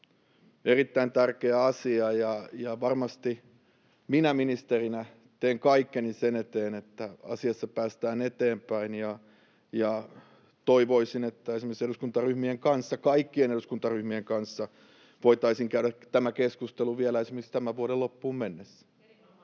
erittäin tärkeä asia. Varmasti minä ministerinä teen kaikkeni sen eteen, että asiassa päästään eteenpäin, ja toivoisin, että esimerkiksi kaikkien eduskuntaryhmien kanssa voitaisiin käydä tämä keskustelu vielä tämän vuoden loppuun mennessä.